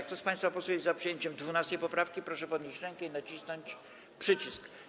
Kto z państwa posłów jest za przyjęciem 12. poprawki, proszę podnieść rękę i nacisnąć przycisk.